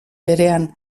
berean